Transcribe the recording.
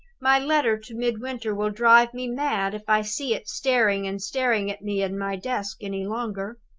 my letter to midwinter will drive me mad if i see it staring and staring at me in my desk any longer.